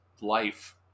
life